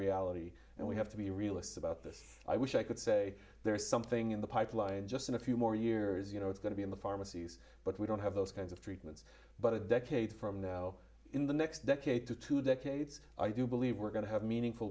reality and we have to be realists about this i wish i could say there is something in the pipeline just in a few more years you know it's going to be in the pharmacies but we don't have those kinds of treatments but a decade from now in the next decade to two decades i do believe we're going to have meaningful